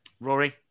Rory